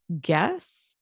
guess